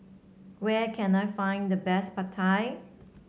where can I find the best Pad Thai